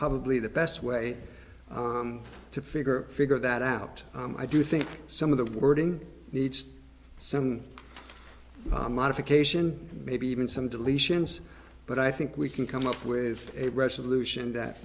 probably the best way to figure figure that out i do think some of the wording needs some modification maybe even some deletions but i think we can come up with a resolution that